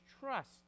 trust